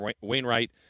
Wainwright